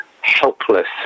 helpless